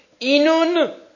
inun